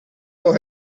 for